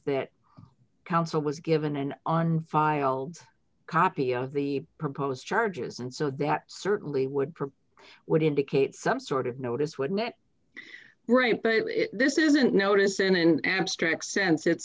that counsel was given an on file copy of the proposed charges and so that certainly would provide would indicate some sort of notice would net this isn't notice in an abstract sense it's